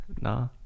Nah